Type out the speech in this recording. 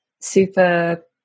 super